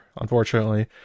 unfortunately